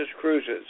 Cruises